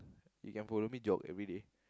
you can follow me jog everyday